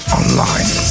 online